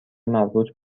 مربوط